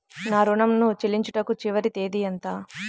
నా ఋణం ను చెల్లించుటకు చివరి తేదీ ఎంత?